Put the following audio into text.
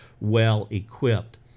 well-equipped